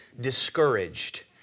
discouraged